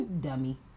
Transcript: Dummy